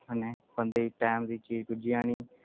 कन्नै बंदे गी टैम दी चीज पुज्जी जानी